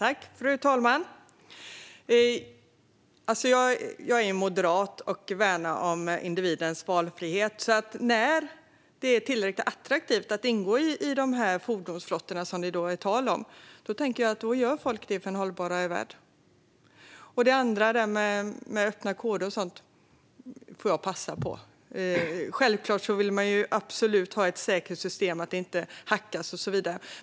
Fru talman! Jag är ju moderat och värnar om individens valfrihet. Jag tänker att när det är tillräckligt attraktivt att ingå i de fordonsflottor som det är tal om här, då gör folk det för en hållbarare värld. På det andra, det med öppna koder och sådant, får jag säga pass. Självklart vill vi ha ett säkert system - att det inte hackas och så vidare.